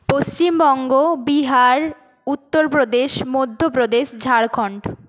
Paschimbanga Bihar Uttar Pradesh Madhya Pradesh Jharkhand